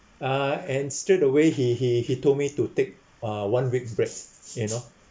uh and straight away he he he told me to take uh one week break you know